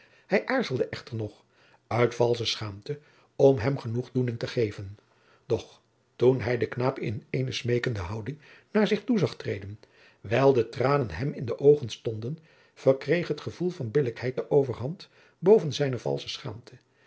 hij aarzelde echter nog uit valsche schaamte om hem genoegdoening te geven doch toen hij den knaap in eene smekende houding naar zich toe zag treden wijl de tranen hem in de oogen stonden verkreeg het gevoel van billijkheid de overhand boven zijne valsche schaamte